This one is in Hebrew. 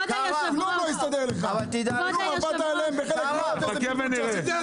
כלום לא הסתדר לך --- נחכה ונראה.